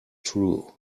true